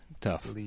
Tough